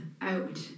out